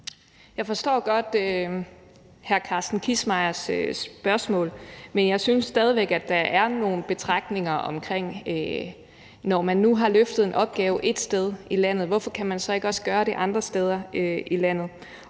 Jeg forstår godt hr. Carsten Kissmeyers spørgsmål, men jeg synes stadig væk, at der er nogle betragtninger her: Når man nu har løftet en opgave ét sted i landet, hvorfor kan man så ikke også gøre det andre steder i landet?